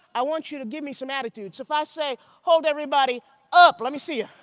i want you to give me some attitude. if i say, hold everybody up, let me see you.